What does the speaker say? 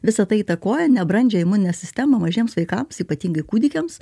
visa tai įtakoja nebrandžią imuninę sistemą mažiems vaikams ypatingai kūdikiams